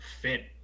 fit